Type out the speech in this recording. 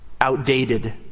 outdated